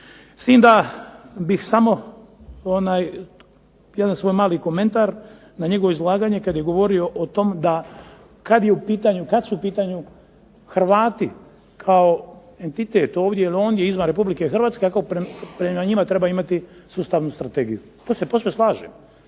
s tim da bih samo onaj jedan svoj mali komentar na njegovo izlaganja kada je govorio o tome kada su u pitanju Hrvati kao entitet ovdje ili ondje, izvan Republike Hrvatske, kako prema njima treba imati sustavnu strategiju, tu se posve slažem